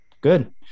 Good